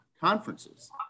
conferences